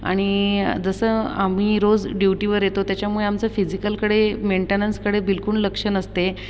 आणि जसं आम्ही रोज ड्युटीवर येतो त्याच्यामुळे आमचं फिजिकलकडे मेंटेनन्सकडे बिलकुल लक्ष नसते